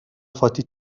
فاطی